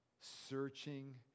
searching